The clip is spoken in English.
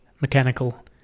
mechanical